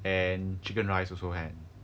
and chicken rice also have